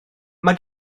mae